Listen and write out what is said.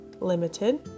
limited